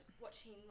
watching